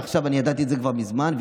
וידעתי על זה מזמן,